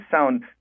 sound